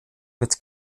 mit